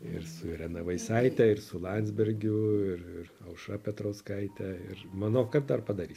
ir su irena veisaite ir su landsbergiu ir ir aušra petrauskaite ir manau kad dar padarysim